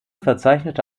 verzeichnete